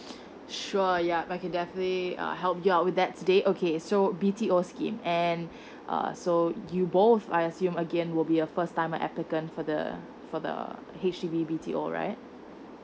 sure yup I can definitely uh help you with that today okay so B_T_O scheme and err so you both I assume again will be a first time applicant for the for the H_D_B B_T_O right